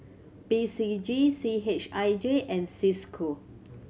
P C G C H I J and Cisco